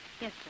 Yes